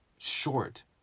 short